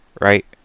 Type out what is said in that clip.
right